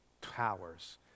towers